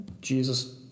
Jesus